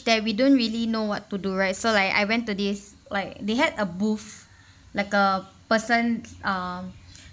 there we don't really know what to do right so like I went to this like they had a booth like a person um